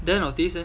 den of thieves eh